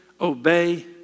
obey